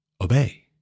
obey